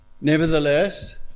Nevertheless